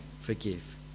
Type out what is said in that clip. forgive